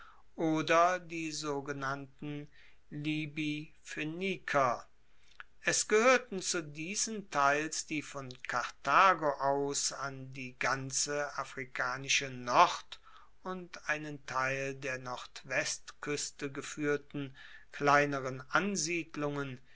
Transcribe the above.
oder die sogenannten libyphoeniker es gehoerten zu diesen teils die von karthago aus an die ganze afrikanische nord und einen teil der nordwestkueste gefuehrten kleineren ansiedelungen